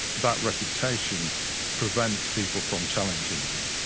that reputation prevents people from challenging them,